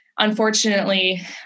Unfortunately